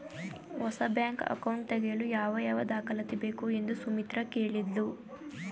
ಹೊಸ bank account ತೆಗೆಯಲು ಯಾವ ಯಾವ ದಾಖಲಾತಿ ಬೇಕು ಎಂದು ಸುಮಿತ್ರ ಕೇಳಿದ್ಲು